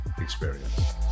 experience